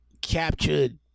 captured